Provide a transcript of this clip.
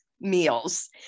meals